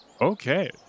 Okay